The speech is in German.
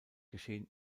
geschehen